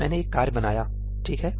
मैंने एक कार्य बनाया ठीक है